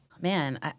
man